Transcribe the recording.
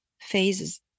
phases